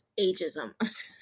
ageism